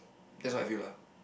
that's what I feel lah